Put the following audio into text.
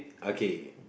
okay